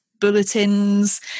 bulletins